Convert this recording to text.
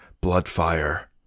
blood-fire